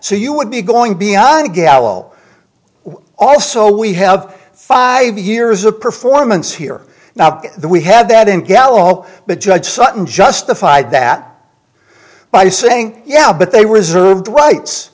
so you would be going beyond gal also we have five years of performance here now we have that in gallo but judge sutton justified that by saying yeah but they reserved rights